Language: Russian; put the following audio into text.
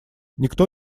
никто